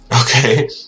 Okay